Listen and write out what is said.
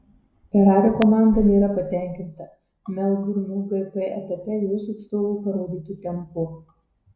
ferrari komanda nėra patenkinta melburno gp etape jos atstovų parodytu tempu